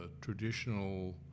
traditional